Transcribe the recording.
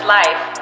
life